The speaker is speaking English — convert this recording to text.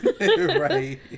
Right